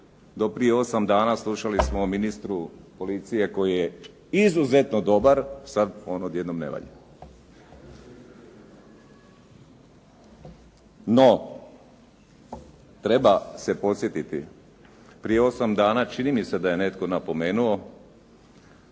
Do prije osam dana slušali smo o ministru policije koji je izuzetno dobar, sad on odjednom ne valja. No, treba se podsjetiti, prije osam dana čini mi se da je netko napomenuo,